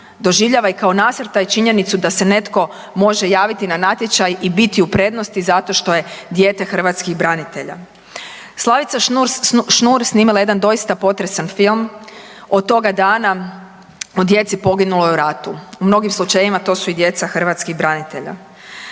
doživljava i kao nasrtaj i činjenicu da se netko može javiti na natječaj i biti u prednosti zato što je dijete hrvatskih branitelja. Slavica Šnurs snimila je jedan doista potresan film od toga dana o djeci poginuloj u ratu. U mnogim slučajevima to su i djeca hrvatskih branitelja.